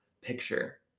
picture